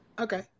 Okay